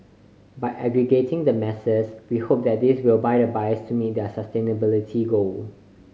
by aggregating the masses we hope that this will the buyers to meet their sustainability goal